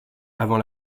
avant